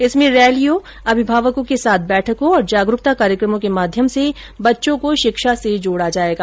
इसमें रैलियों अभिभावकों के साथ बैठकों और जागरूकता कार्यक्रमों के माध्यम से बच्चों को शिक्षा से जोडा जायेगा